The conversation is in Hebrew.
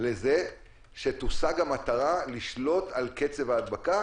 לזה שתושג המטרה לשלוט על קצב ההדבקה